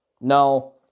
Now